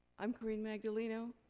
i'm corinne magdaleno.